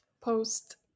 post